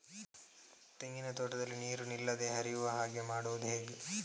ತೆಂಗಿನ ತೋಟದಲ್ಲಿ ನೀರು ನಿಲ್ಲದೆ ಹರಿಯುವ ಹಾಗೆ ಮಾಡುವುದು ಹೇಗೆ?